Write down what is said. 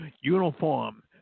uniform